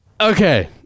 Okay